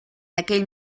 aquell